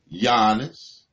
Giannis